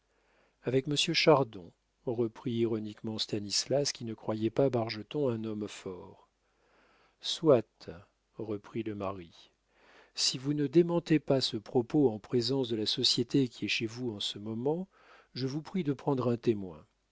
avec monsieur chardon reprit ironiquement stanislas qui ne croyait pas bargeton un homme fort soit reprit le mari si vous ne démentez pas ce propos en présence de la société qui est chez vous en ce moment je vous prie de prendre un témoin